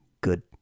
Good